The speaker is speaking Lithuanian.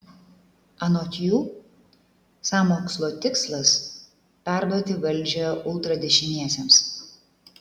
anot jų sąmokslo tikslas perduoti valdžią ultradešiniesiems